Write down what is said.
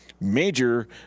major